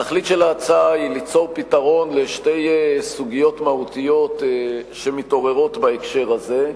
תכלית ההצעה היא ליצור פתרון לשתי סוגיות מהותיות שמתעוררת בהקשר הזה.